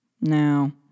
Now